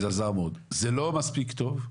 זה לא מספיק טוב,